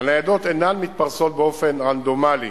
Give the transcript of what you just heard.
הניידות אינן מתפרסות באופן רנדומלי,